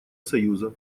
союза